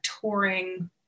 touring